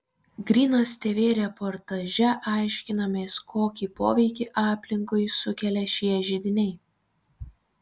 grynas tv reportaže aiškinamės kokį poveikį aplinkai sukelia šie židiniai